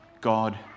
God